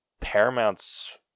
Paramount's